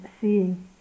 seeing